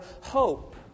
hope